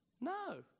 No